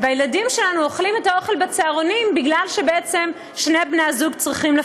והילדים שלנו אוכלים את האוכל בצהרונים כי שני בני-הזוג צריכים לפרנס.